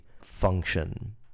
function